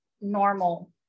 normal